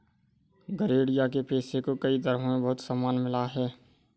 गरेड़िया के पेशे को कई धर्मों में बहुत सम्मान मिला है